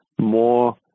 more